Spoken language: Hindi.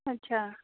अच्छा